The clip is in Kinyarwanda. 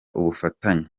ubufatanye